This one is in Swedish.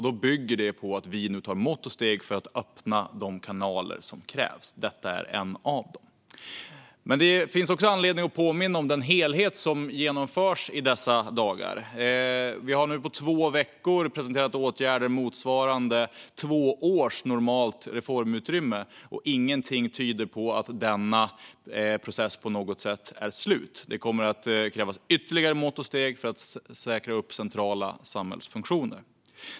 Därför tar vi nu mått och steg för att öppna de kanaler som krävs. Detta är en av dem. Det finns också anledning att påminna om den helhet som genomförs i dessa dagar. Vi har nu på två veckor presenterat åtgärder motsvarande två års normalt reformutrymme, och ingenting tyder på att denna process på något sätt är slut. Det kommer att krävas ytterligare mått och steg för att säkra centrala samhällsfunktioner.